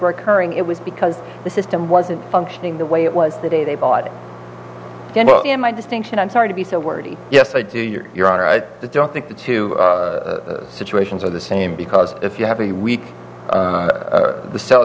recurring it was because the system wasn't functioning the way it was the day they bought it and my distinction i'm sorry to be so wordy yes i do your your honor i don't think the two situations are the same because if you have a read the sell